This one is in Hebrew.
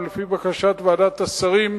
ולפי בקשת ועדת השרים,